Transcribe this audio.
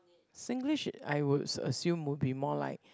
Singlish I would assume would be more like